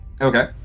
Okay